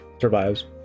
survives